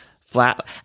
flat